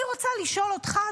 אני רוצה לשאול אותך,